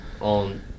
On